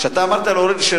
אתה אמרת: להוריד,